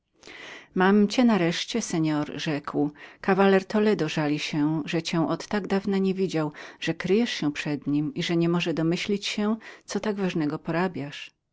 mam cię nareszcie seor rzekł kawaler toledo żali się że cię od tak dawna nie widział że kryjesz się przed nim że nie może domyślić się co tak ważnego